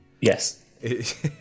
Yes